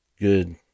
good